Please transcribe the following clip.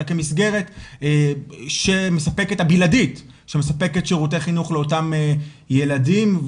אלא כמסגרת בלעדית שמספקת שירותי חינוך לאותם ילדים,